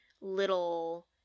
little